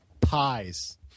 pies